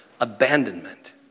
Abandonment